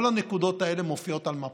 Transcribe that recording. כל הנקודות האלה מופיעות על מפה.